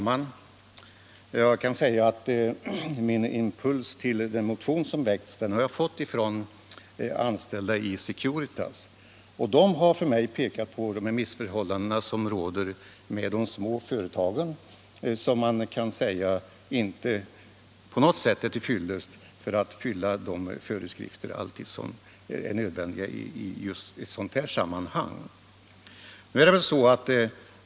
Nr 80 Herr talman! Den impuls som gjort att motionen väckts har jag fått från anställda i Securitas, som för mig har pekat på vilka missförhållanden som råder. De små företagen motsvarar ju inte alls de fordringar som LL måste ställas i ett sådant här sammanhang.